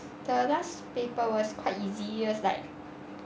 the last paper was quite easy easiest like